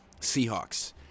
Seahawks